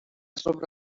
sobre